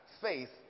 faith